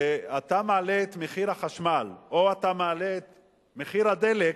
שכשאתה מעלה את מחיר החשמל או את מחיר הדלק